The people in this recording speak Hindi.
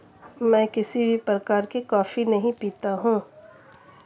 मैं किसी भी प्रकार की कॉफी नहीं पीता हूँ